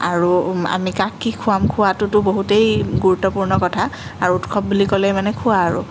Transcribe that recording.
আৰু আমি কাক কি খুৱাম খোৱাটোতো বহুতেই গুৰুত্বপূৰ্ণ কথা আৰু উৎসৱ বুলি ক'লে মানে খোৱা আৰু